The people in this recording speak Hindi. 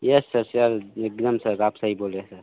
येस सर एकदम आप सही बोल रहे सर